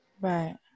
Right